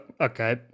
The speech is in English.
okay